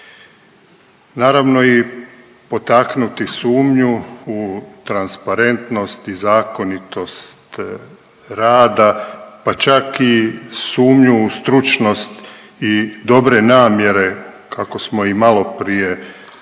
Naravno i potaknuti sumnju u transparentnost i zakonitost rada pa čak i sumnju u stručnost i dobre namjere kako smo i maloprije vidjeli